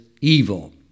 evil